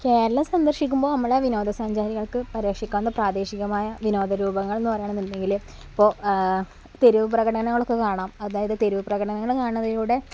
കേരളം സന്ദര്ശിക്കുമ്പോള് നമ്മളെ വിനോദസഞ്ചാരികള്ക്ക് പരീക്ഷിക്കാവുന്ന പ്രാദേശികമായ വിനോദരൂപങ്ങള് എന്ന് പറയുന്നുണ്ടെങ്കില് ഇപ്പോള് തെരുവ് പ്രകടനങ്ങള് ഒക്കെ കാണാം അതായത് തെരുവ് പ്രകടനങ്ങള് കാണുന്നതിലൂടെ